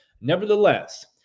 Nevertheless